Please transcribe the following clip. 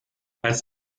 als